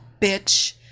bitch